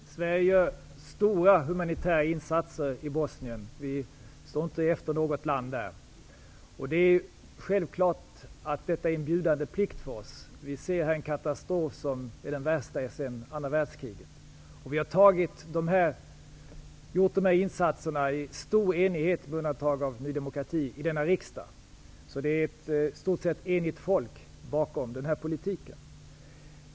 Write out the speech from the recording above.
Fru talman! Sverige gör stora humanitära insatser i Bosnien. Vi står inte efter något land där. Det är självklart att detta är en bindande plikt för oss. Vi ser här en katastrof som är den värsta sedan andra världskriget. Vi har beslutat om dessa insatser med stor enighet, med undantag av Ny demokrati, i denna riksdag, så det är ett i stort sett enigt folk bakom den politiken.